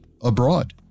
abroad